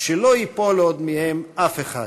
שלא ייפול עוד מהם אף אחד.